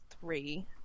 three